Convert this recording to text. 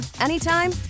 anytime